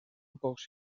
pocs